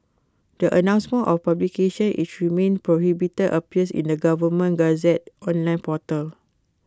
the announcement of publications which remain prohibited appears in the government Gazette's online portal